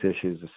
issues